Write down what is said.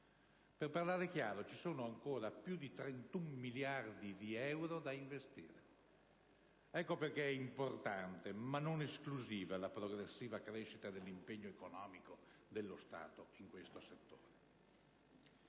per parlare chiaro, vi sono ancora più di 31 miliardi di euro da investire. Ecco perché è importante ma non esclusiva la progressiva crescita dell'impegno economico dello Stato in questo settore.